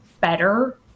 better